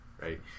Right